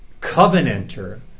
covenanter